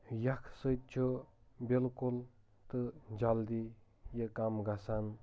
یَکھ سۭتۍ چُھ بِالکُل تہٕ جَلدی یہِ کَم گَژھان